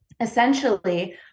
essentially